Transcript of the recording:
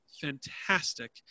fantastic